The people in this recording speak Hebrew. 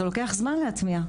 זה לוקח זמן להטמיע.